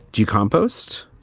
do you compost?